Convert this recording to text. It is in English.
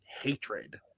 hatred